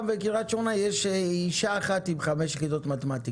ובקריית שמונה יש אישה אחת עם חמש יחידות מתמטיקה.